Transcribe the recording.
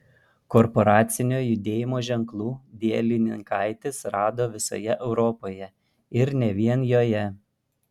korporacinio judėjimo ženklų dielininkaitis rado visoje europoje ir ne vien joje